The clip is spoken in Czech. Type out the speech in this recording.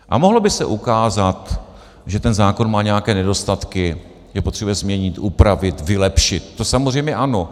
A mohlo by se ukázat, že ten zákon má nějaké nedostatky, že potřebuje změnit, upravit, vylepšit, to samozřejmě ano.